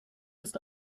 ist